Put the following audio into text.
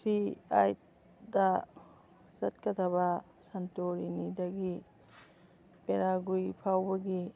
three ꯑꯩꯠꯇ ꯆꯠꯀꯗꯕ ꯁꯟꯇꯣꯔꯤꯅꯤꯗꯒꯤ ꯄꯦꯔꯥꯒ꯭ꯨꯋꯤ ꯐꯥꯎꯕꯒꯤ